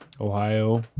Ohio